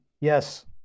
Yes